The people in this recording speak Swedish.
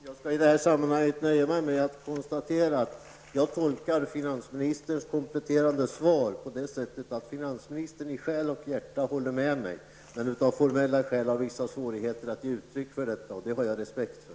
Fru talman! Jag skall i detta sammanhang nöja mig med att konstatera att jag tolkar finansministerns kompletterande svar på så sätt, att finansministern i själ och hjärta håller med mig men av formella har vissa svårigheter att ge uttryck för detta, och det har jag respekt för.